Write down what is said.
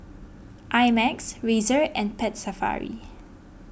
I Max Razer and Pet Safari